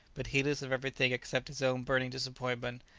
but heedless of everything except his own burning disappointment,